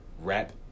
Rap